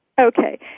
Okay